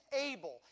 able